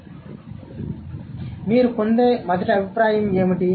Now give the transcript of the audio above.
కాబట్టి మీరు పొందే మొదటి అభిప్రాయం ఏమిటి